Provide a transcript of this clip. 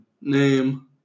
Name